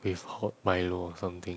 with hot Milo or something